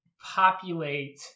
populate